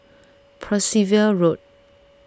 Percival Road